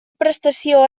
prestació